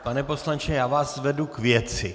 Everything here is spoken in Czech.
Pane poslanče, já vás vedu k věci.